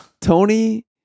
Tony